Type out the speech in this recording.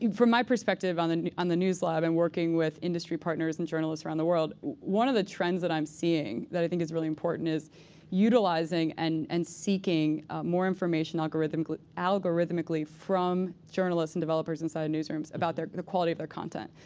from my perspective on the on the news lab, and working with industry partners and journalists around the world, one of the trends that i'm seeing that i think is really important is utilizing and and seeking more information algorithmically algorithmically from journalists and developers inside newsrooms about the quality of their content.